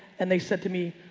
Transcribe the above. and they said to me,